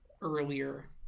earlier